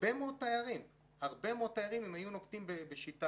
הרבה מאוד תיירים אם היו נוקטים בשיטה